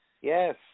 Yes